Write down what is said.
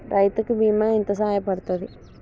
రైతు కి బీమా ఎంత సాయపడ్తది?